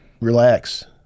relax